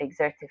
exertive